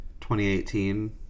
2018